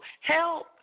Help